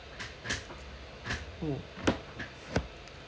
mm